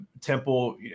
Temple